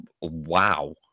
wow